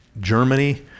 Germany